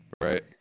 right